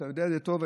אתה יודע את זה טוב,